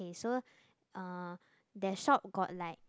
K so uh that shop got like